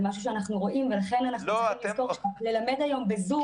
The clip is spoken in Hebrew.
זה משהו שאנחנו רואים ולכן אנחנו צריכים לזכור שללמד היום בזום,